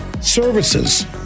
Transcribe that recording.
services